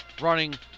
running